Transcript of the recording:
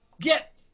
get